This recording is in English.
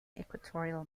equatorial